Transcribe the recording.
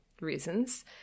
reasons